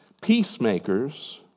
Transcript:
Peacemakers